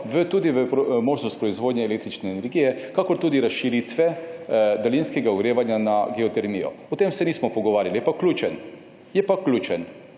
Obstaja možnost proizvodnje električne energije in tudi razširitve daljinskega ogrevanja na geotermijo. O tem se nismo pogovarjali, je pa ključen energent,